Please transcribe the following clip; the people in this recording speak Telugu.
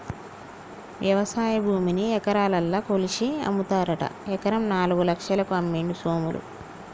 వ్యవసాయ భూమిని ఎకరాలల్ల కొలిషి అమ్ముతారట ఎకరం నాలుగు లక్షలకు అమ్మిండు సోములు